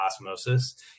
osmosis